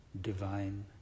divine